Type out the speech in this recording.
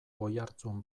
oihartzun